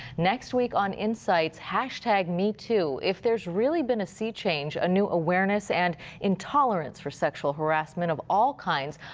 next week on insights, hashtag me too, if there's really been a sea change, new awareness and intolerance for sexual harassment of all kind,